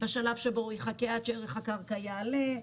בשלב שהוא יחכה עד שערך הקרקע יעלה,